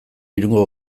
irungo